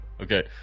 Okay